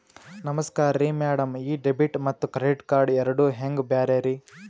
ನಮಸ್ಕಾರ್ರಿ ಮ್ಯಾಡಂ ಈ ಡೆಬಿಟ ಮತ್ತ ಕ್ರೆಡಿಟ್ ಕಾರ್ಡ್ ಎರಡೂ ಹೆಂಗ ಬ್ಯಾರೆ ರಿ?